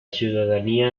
ciudadanía